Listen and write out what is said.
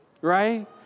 right